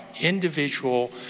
individual